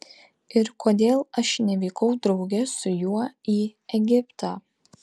ir kodėl aš nevykau drauge su juo į egiptą